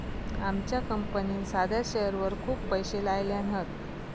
आमच्या कंपनीन साध्या शेअरवर खूप पैशे लायल्यान हत